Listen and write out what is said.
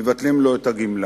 מבטלים לו את הגמלה.